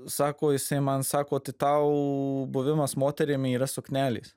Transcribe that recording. sako jisai man sako tai tau buvimas moterim yra suknelės